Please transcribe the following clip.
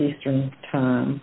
eastern time